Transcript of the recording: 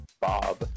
Bob